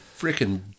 freaking